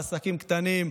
בעסקים קטנים,